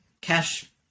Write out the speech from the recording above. cash